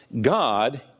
God